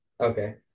Okay